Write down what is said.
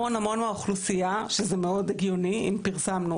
ואם פרסמנו,